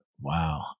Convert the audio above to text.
Wow